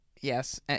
Yes